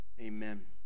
amen